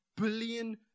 Billion